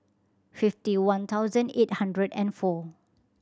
fifty one thousand eight hundred and four